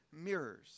mirrors